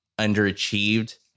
underachieved